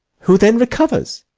who then recovers.